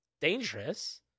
dangerous